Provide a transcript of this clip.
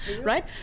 right